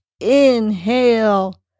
inhale